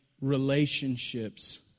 relationships